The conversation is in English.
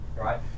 Right